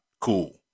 cool